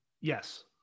yes